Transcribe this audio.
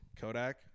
Kodak